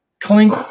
clink